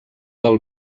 del